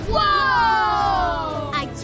Whoa